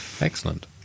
excellent